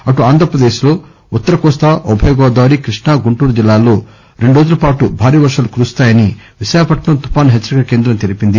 అటు ఆంధ్ర ప్రదేశ్ లో ఉత్తర కోస్తా ఉభయగోదావరి కృష్ణా గుంటూరు జిల్లాల్లో రెండు రోజులపాటు భారీ వర్షాలు కురుస్తాయని విశాఖపట్నం తుఫాను హెచ్చరిక కేంద్రం తెలిపింది